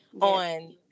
on